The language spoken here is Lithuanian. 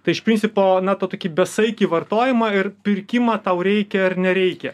tai iš principo na tą tokį besaikį vartojimą ir pirkimą tau reikia ar nereikia